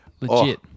legit